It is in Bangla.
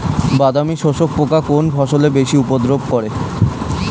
বাদামি শোষক পোকা কোন ফসলে বেশি উপদ্রব করে?